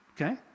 okay